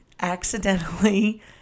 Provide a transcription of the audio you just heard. accidentally